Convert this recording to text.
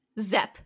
Zep